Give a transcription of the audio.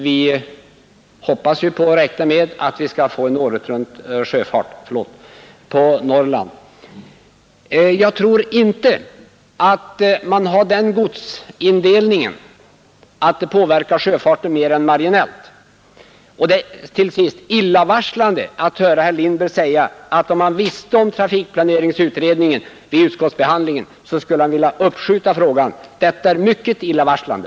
Vi hoppas ju på och räknar med att vi skall få året-runt-sjöfart på samtliga större Norlandshamnar. Jag tror att en ökad järnvägskapacitet påverkar sjöfarten endast marginellt. Till sist vill jag säga att det är illavarslande att höra herr Lindberg säga att om han vetat om trafikplaneringsutredningen vid utskottsbehandlingen skulle han ha velat uppskjuta frågan. Detta är mycket illavarslande.